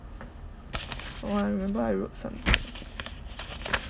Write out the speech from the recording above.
oh I remember I wrote something